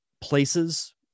places